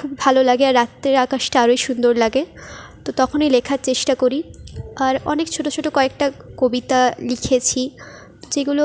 খুব ভালো লাগে আর রাত্রের আকাশটা আরোই সুন্দর লাগে তো তখনই লেখার চেষ্টা করি আর অনেক ছোটো ছোটো কয়েকটা কবিতা লিখেছি যেগুলো